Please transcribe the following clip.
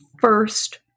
first